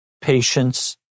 patience